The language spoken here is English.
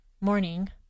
morning